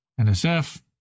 NSF